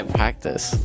practice